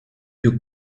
più